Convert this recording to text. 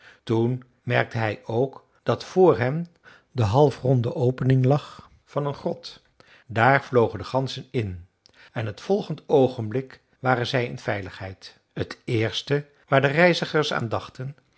toen merkte hij ook dat vr hen de half ronde opening lag van een grot daar vlogen de ganzen in en t volgend oogenblik waren zij in veiligheid het eerste waar de reizigers aan dachten